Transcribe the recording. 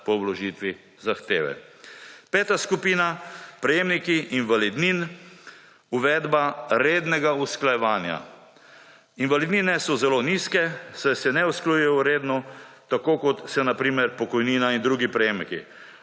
po vložitvi zahteve. Peta skupina, prejemniki invalidnin. Uvedba rednega usklajevanja. Invalidnine so zelo nizke, saj se ne usklajujejo redno tako kot se na primer pokojnina in drugi prejemki.